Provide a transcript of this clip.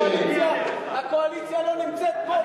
כי הקואליציה לא נמצאת פה,